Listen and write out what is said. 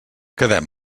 quedem